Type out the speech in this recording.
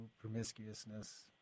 promiscuousness